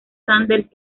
sanders